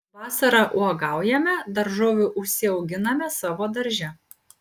vasarą uogaujame daržovių užsiauginame savo darže